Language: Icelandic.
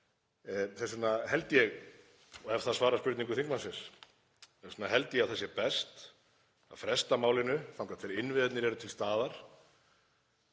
held ég, ef það svarar spurningu þingmannsins, að það sé best að fresta málinu þangað til innviðirnir eru til staðar